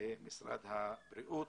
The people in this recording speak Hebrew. משרד הבריאות.